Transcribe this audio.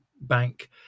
bank